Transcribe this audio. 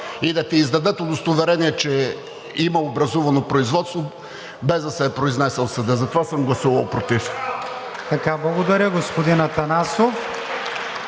и да ти издадат удостоверение, че има образувано производство, без да се е произнесъл съдът. Затова съм гласувал против.